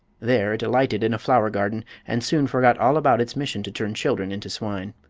there it alighted in a flower garden and soon forgot all about its mission to turn children into swine.